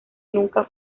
nunca